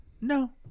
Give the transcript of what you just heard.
no